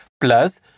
plus